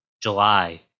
July